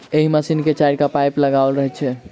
एहि मशीन मे चारिटा पाइप लगाओल रहैत छै